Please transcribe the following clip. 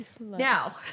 Now